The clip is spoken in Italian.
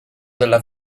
della